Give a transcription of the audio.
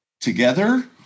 Together